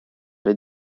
les